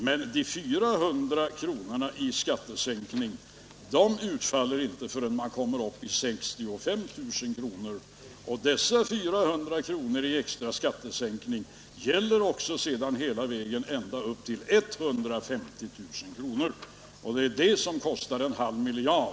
Men de 400 kronorna i extra skattesänkning utfaller inte förrän man kommer upp i en inkomst på 65 000 kr. Dessa 400 kr. i extra skattesänkning gäller sedan hela vägen ända upp till 150 000 kr. Det är detta som kostar en halv miljard.